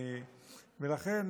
ולכן,